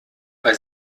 bei